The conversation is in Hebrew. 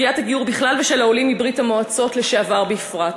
סוגיית הגיור בכלל ושל העולים מברית-המועצות לשעבר בפרט.